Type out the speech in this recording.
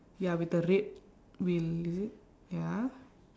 ya with the red wheel is it ya